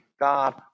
God